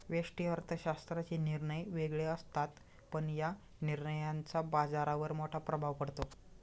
व्यष्टि अर्थशास्त्राचे निर्णय वेगळे असतात, पण या निर्णयांचा बाजारावर मोठा प्रभाव पडतो